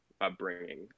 Upbringing